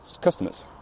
customers